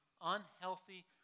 unhealthy